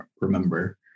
remember